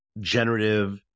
generative